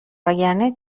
وگرنه